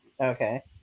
Okay